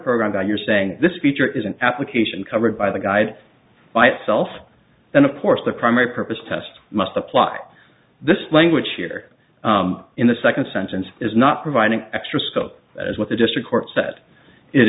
program that you're saying this feature is an application covered by the guide by itself and of course the primary purpose test must apply this language here in the second sentence is not providing extra scope as what the district court set it i